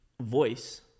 voice